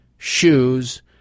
shoes